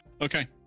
Okay